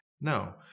No